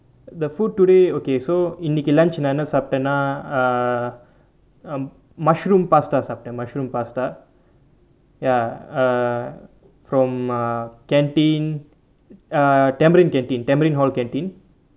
the food today okay so இன்னிக்கு:innikku lunch நா என்ன சாப்டேனா:naa enna saaptaenaa err mushroom pasta சாப்டேன்:saapttaen mushroom pasta ya err from uh canteen uh tamarind canteen tamarind hall canteen